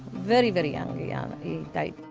very very young he ah died